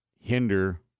hinder